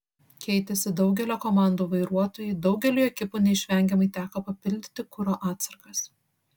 keitėsi daugelio komandų vairuotojai daugeliui ekipų neišvengiamai teko papildyti kuro atsargas